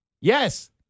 Yes